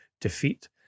defeat